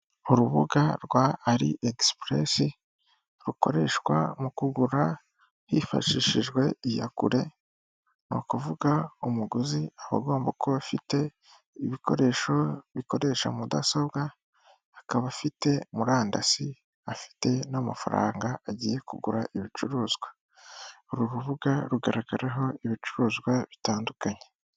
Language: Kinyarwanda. Urubuga rwa Ali express rukoreshwa mu kugura hifashishijwe iyakure, ni ukuvuga umuguzi aba agomba kuba afite ibikoresho bikoresha mudasobwa, akaba afite murandasi, afite n'amafaranga agiye kugura ibicuruzwa, uru rubuga rugaragaraho ibicuruzwa bitandukanye.